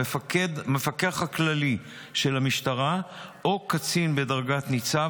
המפקח הכללי של המשטרה או קצין בדרגת ניצב,